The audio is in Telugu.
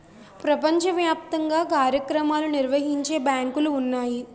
ప్రపంచ వ్యాప్తంగా కార్యక్రమాలు నిర్వహించే బ్యాంకులు ఉన్నాయి